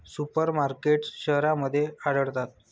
super markets शहरांमध्ये आढळतात